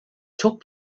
took